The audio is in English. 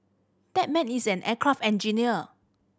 that man is an aircraft engineer